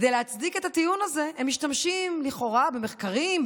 כדי להצדיק את הטיעון הזה הם משתמשים לכאורה במחקרים,